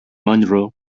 monroe